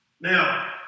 Now